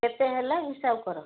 କେତେ ହେଲା ହିସାବ କର